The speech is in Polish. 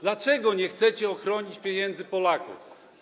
Dlaczego nie chcecie ochronić pieniędzy Polaków?